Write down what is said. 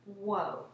Whoa